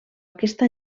aquesta